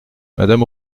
madame